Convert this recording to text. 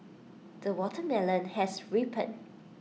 the watermelon has ripened